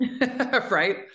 right